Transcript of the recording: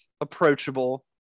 approachable